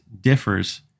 differs